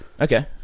Okay